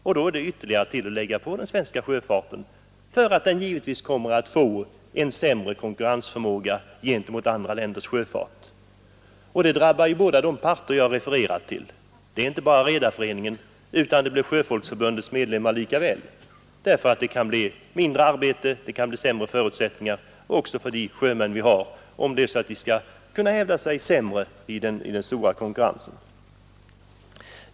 Om ytterligare kostnader läggs på den svenska sjöfarten, kommer den givetvis att få en sämre konkurrensförmåga gentemot andra länders sjöfart. Detta drabbar båda de parter jag refererar till, alltså inte bara Redareföreningen utan likaså Sjöfolksförbundets medlemmar, eftersom våra sjömän kan få svårare att erhålla arbete, om sjöfarten har sämre förutsättningar att hävda sig i den stora konkurrensen.